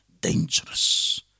dangerous